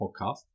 podcast